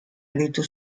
aritu